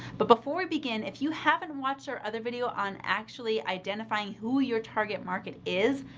but before we begin, if you haven't watched our other video on actually identifying who your target market is,